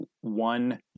one